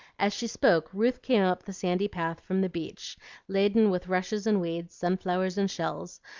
as she spoke ruth came up the sandy path from the beach laden with rushes and weeds, sun-flowers and shells,